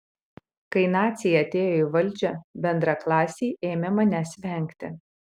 kai naciai atėjo į valdžią bendraklasiai ėmė manęs vengti